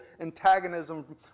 antagonism